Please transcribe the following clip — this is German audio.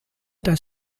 das